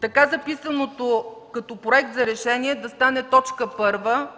така записаното като проект за решение да стане т. 1, да